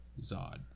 Zod